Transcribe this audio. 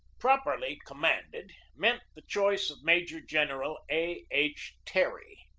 properly commanded meant the choice of major-general a. h. terry.